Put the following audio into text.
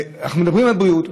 אנחנו מדברים על בריאות,